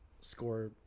Score